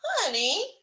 Honey